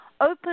open